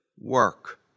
work